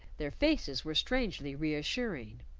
their faces were strangely reassuring.